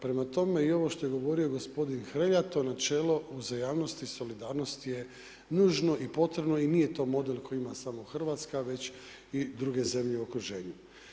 Prema tome i ovo što je govorio gospodin Hrelja to načelo uzajamnosti i solidarnosti je nužno i potrebno i nije to model koji ima samo Hrvatska već i druge zemlje u okruženju.